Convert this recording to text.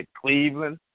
Cleveland